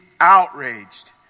outraged